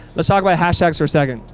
let's talk about hashtags or second.